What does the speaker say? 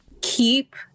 keep